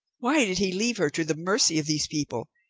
why did he leave her to the mercy of these people?